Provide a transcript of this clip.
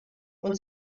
und